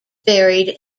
buried